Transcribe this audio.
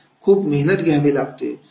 खूप मेहनत घ्यावी लागते